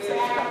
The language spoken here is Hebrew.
רק שנייה,